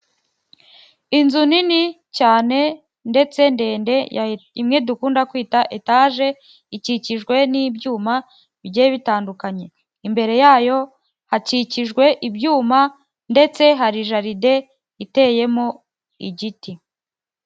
Inzu nini cyane ndetse ndende, imwe dukunda kwita etaje, ikikijwe n'ibyuma bigiye bitandukanye, imbere yayo hakikijwe ibyuma ndetse hari jaride iteyemo igiti.